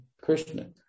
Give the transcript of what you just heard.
Krishna